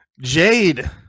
Jade